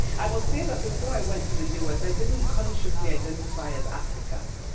i must say that before i went to the u s, i didn't consciously identify as african.